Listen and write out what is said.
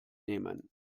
nehmen